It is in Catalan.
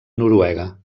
noruega